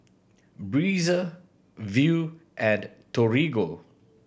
Breezer Viu and Torigo